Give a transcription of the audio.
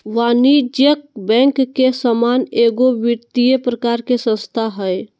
वाणिज्यिक बैंक के समान एगो वित्तिय प्रकार के संस्था हइ